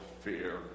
fear